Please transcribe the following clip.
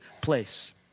place